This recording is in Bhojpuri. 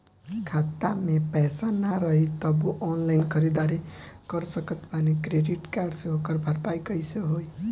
खाता में पैसा ना रही तबों ऑनलाइन ख़रीदारी कर सकत बानी क्रेडिट कार्ड से ओकर भरपाई कइसे होई?